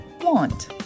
want